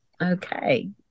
Okay